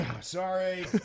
sorry